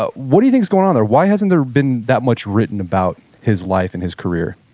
ah what do you think is going on there? why hasn't there been that much written about his life and his career?